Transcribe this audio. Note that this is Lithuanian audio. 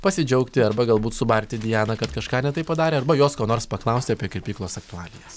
pasidžiaugti arba galbūt subarti dianą kad kažką ne taip padarė arba jos ko nors paklausti apie kirpyklos aktualijas